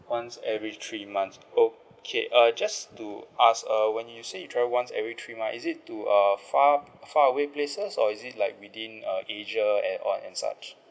once every three months okay uh just to ask uh when you said you travel once every three month is it to a far far away places or is it like within uh asia and all and such